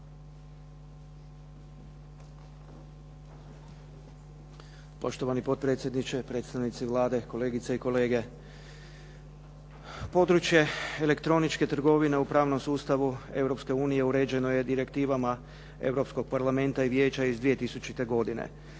Poštovani potpredsjedniče, predstavnici Vlade, kolegice i kolege. Područje elektroničke trgovine u pravnom sustavu Europske unije uređeno je direktivama Europskog parlamenta i vijeća iz 2000. godine.